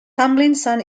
tomlinson